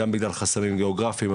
גם בגלל חסמים גיאוגרפיים,